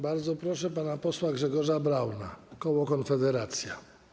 Bardzo proszę pana posła Grzegorza Brauna, koło Konfederacja.